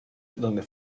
donde